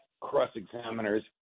cross-examiners